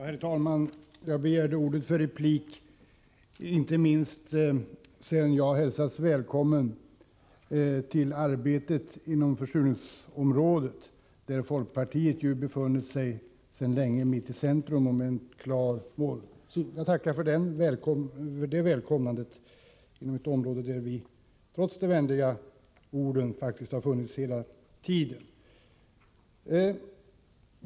Herr talman! Jag begärde ordet för replik inte minst sedan jag hälsats välkommen till arbetet på försurningsområdet, där folkpartiet sedan länge befunnit sig mitt i centrum och haft en klar målsättning. Jag tackar emellertid för välkomnandet till ett område där vi trots de vänliga orden faktiskt har befunnit oss hela tiden.